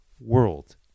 world